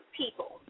people